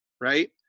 right